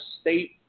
State